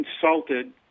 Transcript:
consulted